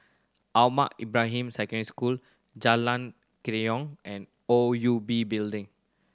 Ahmad Ibrahim Secondary School Jalan Kerayong and O U B Building